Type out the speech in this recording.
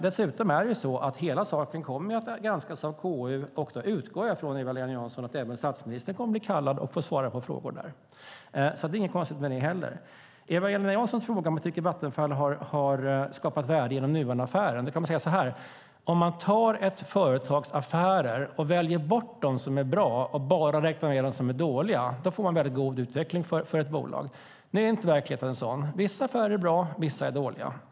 Dessutom kommer hela saken att granskas av KU. Då utgår jag från, Eva-Lena Jansson, att även statsministern kommer att bli kallad och få svara på frågor där. Det är heller inget konstigt med det. Eva-Lena Jansson frågar om jag tycker att Vattenfall har skapat värde genom Nuonaffären. Jag kan säga så här: Om man tar ett företags affärer och väljer bort de som är bra och bara räknar med dem som är dåliga får man en väldigt god utveckling för bolaget. Nu är inte verkligheten sådan. Vissa affärer är bra, vissa är dåliga.